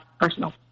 personal